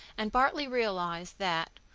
and bartley realized that,